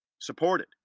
supported